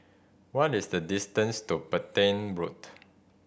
what is the distance to Petain Road